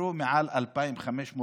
ונפטרו מעל 2,530,